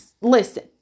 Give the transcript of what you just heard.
Listen